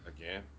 Again